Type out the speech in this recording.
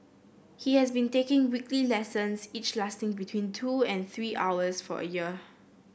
he has been taking weekly lessons each lasting between two and three hours for a year